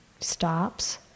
stops